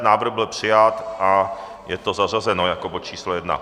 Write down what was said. Návrh byl přijat a je to zařazeno jako bod číslo 1.